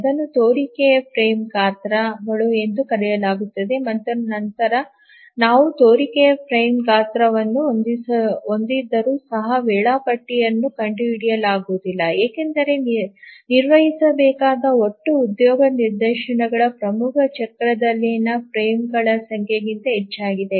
ಇದನ್ನು ತೋರಿಕೆಯ ಫ್ರೇಮ್ ಗಾತ್ರಗಳು ಎಂದು ಕರೆಯಲಾಗುತ್ತದೆ ಮತ್ತು ನಂತರ ನಾವು ತೋರಿಕೆಯ ಫ್ರೇಮ್ ಗಾತ್ರವನ್ನು ಹೊಂದಿದ್ದರೂ ಸಹ ವೇಳಾಪಟ್ಟಿಯನ್ನು ಕಂಡುಹಿಡಿಯಲಾಗುವುದಿಲ್ಲ ಏಕೆಂದರೆ ನಿರ್ವಹಿಸಬೇಕಾದ ಒಟ್ಟು ಉದ್ಯೋಗ ನಿದರ್ಶನಗಳು ಪ್ರಮುಖ ಚಕ್ರದಲ್ಲಿನ ಫ್ರೇಮ್ಗಳ ಸಂಖ್ಯೆಗಿಂತ ಹೆಚ್ಚಾಗಿದೆ